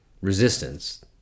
resistance